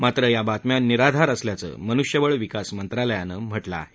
परंतु या बातम्या निराधार असल्याचं मनुष्यबळ विकास मंत्रालयानं म्हटलं आहे